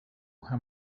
how